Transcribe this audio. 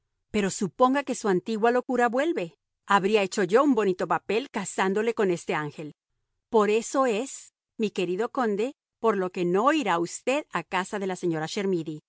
pero suponga que su antigua locura vuelve habría hecho yo un bonito papel casándole con este ángel por eso es mi querido conde por lo que no irá usted a casa de la señora